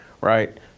right